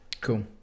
Cool